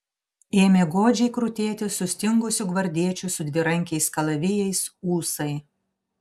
ėmė godžiai krutėti sustingusių gvardiečių su dvirankiais kalavijais ūsai